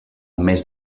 mes